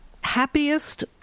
happiest